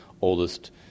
oldest